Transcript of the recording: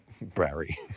Barry